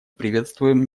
приветствуем